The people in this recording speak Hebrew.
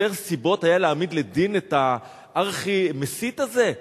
חסר סיבות להעמיד לדין את הארכי-מסית הזה?